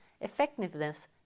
effectiveness